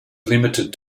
limited